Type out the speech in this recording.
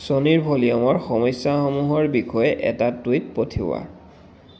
ছ'নীৰ ভলিউমৰ সমস্যাসমূহৰ বিষয়ে এটা টুইট পঠিওৱা